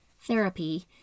therapy